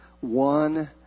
one